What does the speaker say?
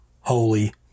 holy